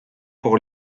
pour